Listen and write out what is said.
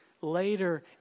later